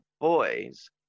boys